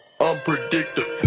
Unpredictable